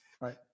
Right